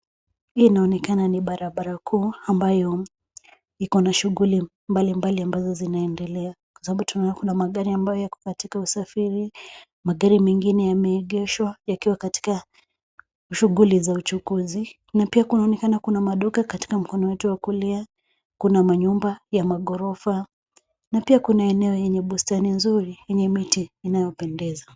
Inaonekana ni barabara kuu ambayo iko na shughuli mbalimbali ambazo zinaendelea kwa sababu tunayo kuna magari ambayo yako katika usafiri, magari mengine yameegeshwa yakiwa katika shughuli za uchukuzi na pia kunaonekana kuna maduka katika mkono wetu wa kulia, kuna manyumba ya maghorofa na pia kuna eneo yenye bustani nzuri yenye miti inayopendeza.